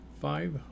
five